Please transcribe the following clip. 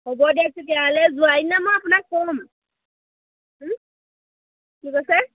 হ'ব দিয়ক তেতিয়াহ'লে যোৱাৰ দিনা মই আপোনাক কম কি কৈছে